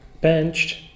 benched